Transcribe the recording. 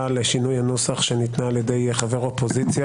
לשינוי הנוסח שניתנה על ידי חבר אופוזיציה,